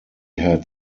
had